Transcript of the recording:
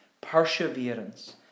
perseverance